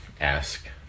ask